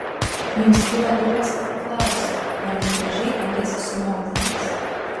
jums kyla ūpas klausti ar jis gražiai elgiasi su moterimis